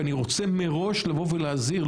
ואני רוצה מראש ולהזהיר,